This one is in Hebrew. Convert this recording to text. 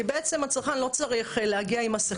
כי בעצם הצרכן לא צריך להגיע עם השקית.